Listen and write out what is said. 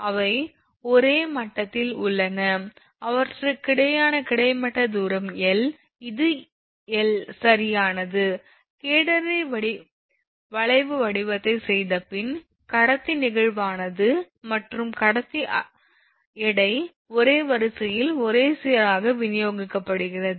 எனவே அவை ஒரே மட்டத்தில் உள்ளன அவற்றுக்கிடையேயான கிடைமட்ட தூரம் L இது L சரியானது கேடனரி வளைவு வடிவத்தை செய்தபின் கடத்தி நெகிழ்வானது மற்றும் கடத்தி எடை ஒரே வரிசையில் ஒரே சீராக விநியோகிக்கப்படுகிறது